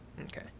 Okay